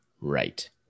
right